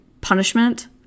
punishment